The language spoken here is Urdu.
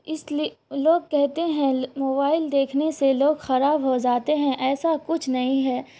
اس لیے لوگ کہتے ہیں موبائل دیکھنے سے لوگ خراب ہو جاتے ہیں ایسا کچھ نہیں ہے